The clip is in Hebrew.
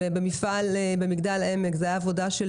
במפעל במגדל העמק זו הייתה עבודה של